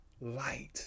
light